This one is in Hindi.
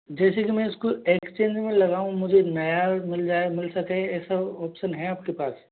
जैसे कि मैं इसको एक्सचेंज में लगाऊँ मुझे नया मिल जाए मिल सके ऐसा ऑप्सन है आपके पास